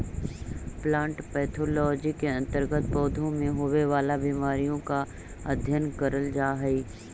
plant pathology के अंतर्गत पौधों में होवे वाला बीमारियों का अध्ययन करल जा हई